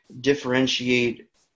differentiate